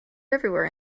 everywhere